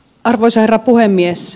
arvoisa herra puhemies